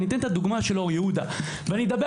אני אתן את הדוגמה של אור יהודה ואני מדבר